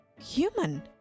human